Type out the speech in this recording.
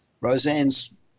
Roseanne's